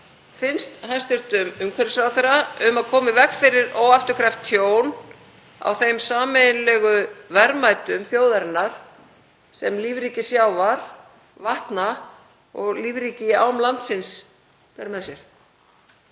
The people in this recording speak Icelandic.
finnst hæstv. umhverfisráðherra um að koma í veg fyrir óafturkræft tjón á þeim sameiginlegu verðmætum þjóðarinnar sem lífríki sjávar, vatna og lífríki í ám landsins ber með sér?